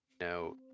no